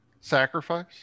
sacrifice